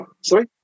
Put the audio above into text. Sorry